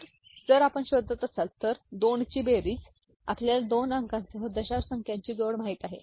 तर जर आपण शोधत असाल तर 2 ची बेरीज आपल्याला 2 अंकांसह दशांश संख्यांची जोड माहित आहे